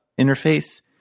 interface